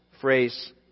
phrase